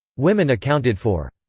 women accounted for.